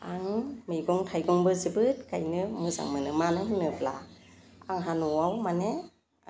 आं मैगं थाइगंबो जोबोद गायनो मोजां मोनो मानो होनोब्ला आंहा न'वाव माने